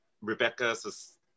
rebecca's